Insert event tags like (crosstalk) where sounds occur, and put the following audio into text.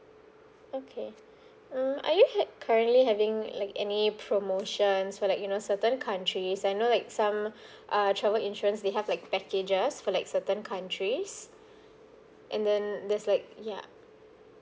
okay err are you ha~ currently having like any promotion so like you know certain countries I know like some (breath) uh travel insurance they have like packages for like certain countries and then there's like ya